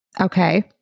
Okay